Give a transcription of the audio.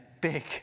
big